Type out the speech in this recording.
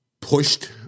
pushed